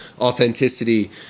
authenticity